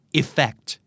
effect